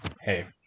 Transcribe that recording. hey